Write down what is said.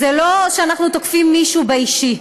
זה לא שאנחנו תוקפים מישהו באישי,